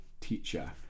Teacher